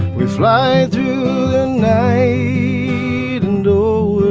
we fly through and do